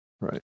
right